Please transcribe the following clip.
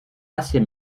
assez